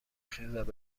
خیزد